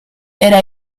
era